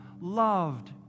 loved